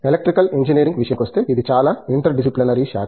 electrical engineering విషయానికొస్తే ఇది చాలా ఇంటర్ డిసిప్లినరీ శాఖ